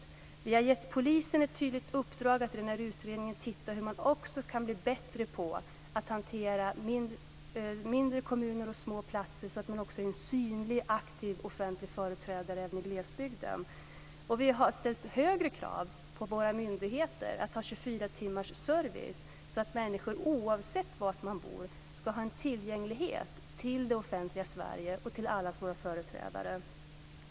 Vi har i utredningen gett polisen ett tydligt uppdrag att undersöka hur man kan bli bättre på att hantera mindre kommuner och små platser så att man är en synlig och aktiv offentlig företrädare även i glesbygden. Vi har ställt högre krav på våra myndigheter med 24-timmarsservice, så att människor oavsett var de bor ska ha tillgång till det offentliga Sverige och till allas våra företrädare.